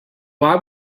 why